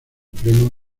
pleno